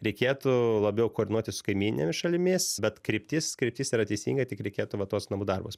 reikėtų labiau koordinuoti su kaimyninėmis šalimis bet kryptis kryptis yra teisinga tik reikėtų va tuos namų darbus